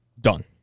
Done